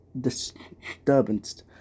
disturbance